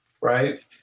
right